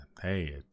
hey